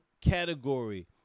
category